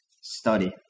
study